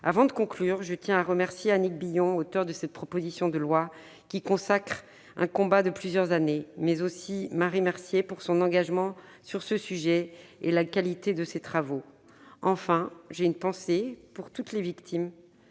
Avant de conclure, je tiens à remercier Annick Billon, auteure de cette proposition de loi qui consacre un combat de plusieurs années, mais aussi Marie Mercier, pour son engagement sur ce sujet et la qualité de ses travaux. Enfin, j'ai une pensée pour toutes les victimes,